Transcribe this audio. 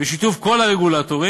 בשיתוף כל הרגולטורים,